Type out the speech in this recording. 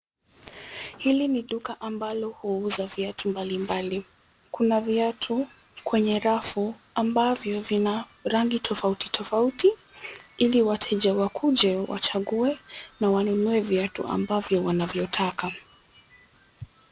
Hili ni duka ambalo huuza viatu mbalimbali, kuna viatu kwenye rafu ambavyo vina rangi tofauti tofauti ili wateja wakuje wachague na wanunue viatu ambavyo wanavyotaka.